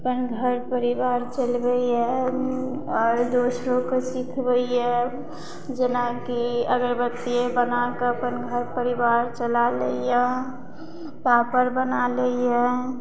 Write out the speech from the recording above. अपन घर परिवार चलबैया आओर दोसरोके सिखबैया जेनाकि अगरबत्तिये बनाकऽ अपन घर परिवार चला लैया पापड़ बना लैया